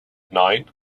nine